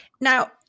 Now